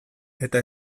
eta